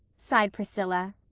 sighed priscilla.